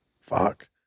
fuck